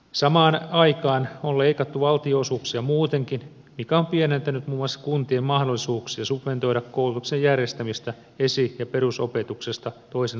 samaan aikaan on leikattu valtionosuuksia muutenkin mikä on pienentänyt muun muassa kuntien mahdollisuuksia subventoida koulutuksen järjestämistä esi ja perusopetuksesta toisen asteen tasolle